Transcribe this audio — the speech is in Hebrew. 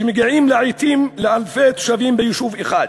שמגיעים לעתים לאלפי תושבים ביישוב אחד,